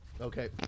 Okay